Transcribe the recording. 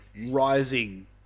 rising